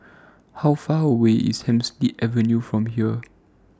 How Far away IS Hemsley Avenue from here